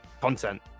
content